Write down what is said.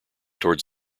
towards